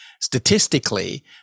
statistically